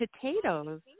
potatoes